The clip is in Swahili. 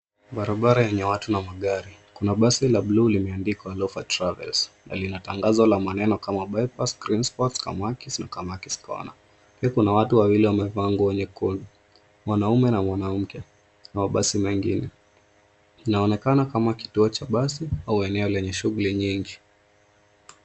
Barabara yenye watu na magari. Kuna basi la blue limeandikwa Lopha Travels na lina tanagazo la maneno kama Bypass, Green sports, Kamakis na Kamakis Corner pia kuna watu wawili wamevaa nguo nyekundu mwanaume na mwanamke na mabasi mengine. Inaonekana kama kituo cha basi au eneo lenye shughuli nyingi.